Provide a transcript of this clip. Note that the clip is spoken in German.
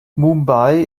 mumbai